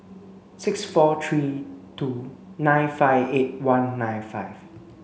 six four three two nine five eight one nine five